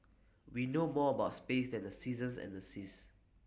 we know more about space than the seasons and the seas